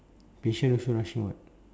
patient also rushing [what]